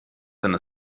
seine